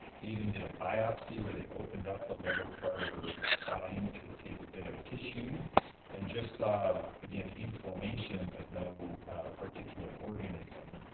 they even did a biopsy where they opened up the lower part of her spine to take a bit of tissue and just again, inflammation, but no particular organism.